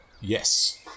Yes